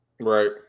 Right